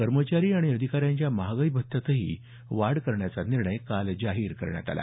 कर्मचारी आणि अधिकाऱ्यांच्या महागाई भत्त्यातही वाढ करण्याचा निर्णय काल जाहीर करण्यात आला